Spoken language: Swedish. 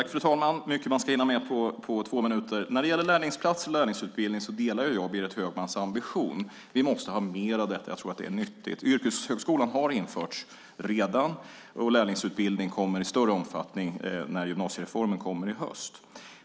Fru talman! Det är mycket man ska hinna med på två minuter. När det gäller lärlingsplats och lärlingsutbildning delar jag Berit Högmans ambition. Vi måste ha mer av detta. Jag tror att det är nyttigt. Yrkeshögskolan har redan införts, och lärlingsutbildning kommer i större omfattning när gymnasiereformen kommer i höst.